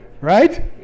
right